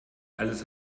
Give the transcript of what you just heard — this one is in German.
alles